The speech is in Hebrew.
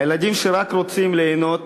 הילדים, שרק רוצים ליהנות